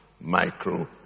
Micro